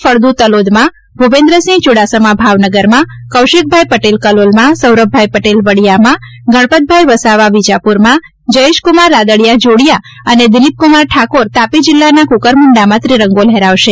ફળદ્દ તલોદમાં શ્રી ભૂપેન્દ્રસિંહ ચૂડાસમા ભાવનગરમાં શ્રી કૌશિકભાઇ પટેલ કલોલમાં શ્રી સૌરભભાઇ પટેલ વડીયામાં શ્રી ગુણપતભાઇ વસાવા વિજાપુરમાં શ્રી જયેશ્કુમાર રાદડિયા જોડીયા અને શ્રી દિલીપકુમાર ઠાકોર તાપી જિલ્લાના કુકરમુંડામાં ત્રિરંગો લહેરાવશે